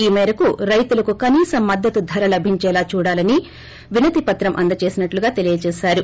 ఈ మేరకు రైతులకు కనీస మద్దతు ధర లభించేలా చూడాలని వినతిపత్రం అందజేసినట్లు చెప్పారు